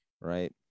Right